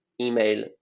email